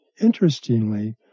Interestingly